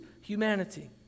humanity